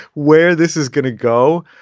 where this is going to go.